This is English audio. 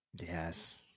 Yes